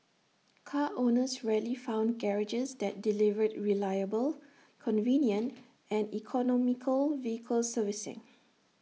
car owners rarely found garages that delivered reliable convenient and economical vehicle servicing